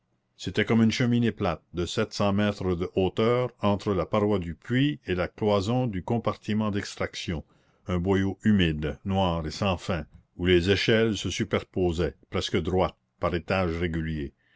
c'était comme une cheminée plate de sept cents mètres de hauteur entre la paroi du puits et la cloison du compartiment d'extraction un boyau humide noir et sans fin où les échelles se superposaient presque droites par étages réguliers